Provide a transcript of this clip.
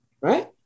Right